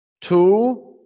Two